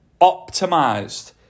optimized